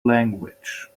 language